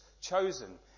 chosen